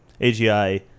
AGI